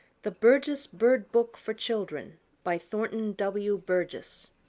the burgess bird book for children by thornton w. burgess